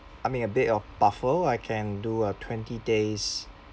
I may a bit of buffer I can do a twenty days